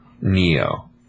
Neo